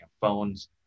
phones